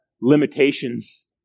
limitations